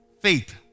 Faith